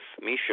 misha